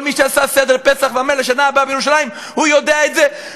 כל מי שעושה סדר פסח ואומר "לשנה הבאה בירושלים" יודע את זה,